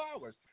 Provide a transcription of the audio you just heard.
hours